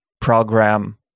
program